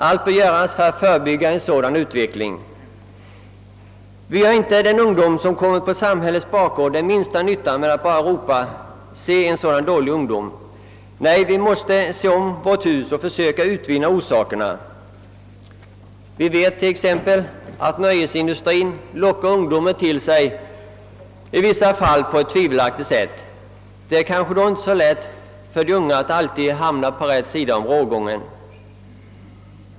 Allt bör göras för att förebygga en sådan utveckling. Vi gör inte den ungdom, som hamnat på samhällets bakgård, den minsta nytta genom att bara ropa: Se, en sådan dålig ungdom! Nej, vi måste se om vårt hus och försöka finna orsakerna. Vi vet t.ex. att nöjesindustrien lockar ungdomen till sig, i vissa fall på ett tvivelaktigt sätt. Då är det kanske inte så lätt för de unga att alltid hamna på rätt sida om rågången.